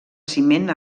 ciment